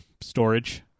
storage